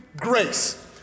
grace